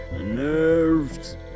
nerves